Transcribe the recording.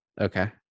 Okay